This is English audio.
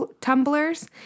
tumblers